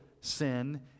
sin